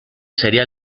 sería